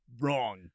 wrong